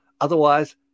Otherwise